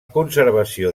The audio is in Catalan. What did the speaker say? conservació